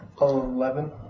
eleven